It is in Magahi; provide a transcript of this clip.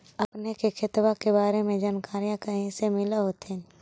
अपने के खेतबा के बारे मे जनकरीया कही से मिल होथिं न?